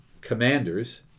Commanders